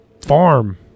farm